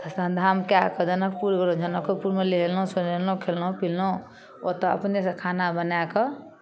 तऽ सभ धाम कए कऽ जनकपुर जनकोपुरमे नहेलहुँ सुनेलहुँ खयलहुँ पीलहुँ ओतय अपनेसँ खाना बनाए कऽ